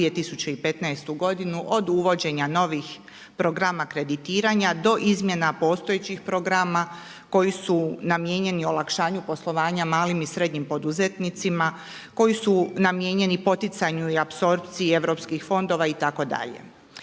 za 2015. godinu od uvođenja novih programa kreditiranja do izmjena postojećih programa koji su namijenjeni olakšanju poslovanja malim i srednjim poduzetnicima, koji su namijenjeni poticanju i apsorpciji europskih fondova itd.